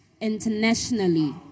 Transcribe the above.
internationally